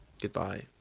Goodbye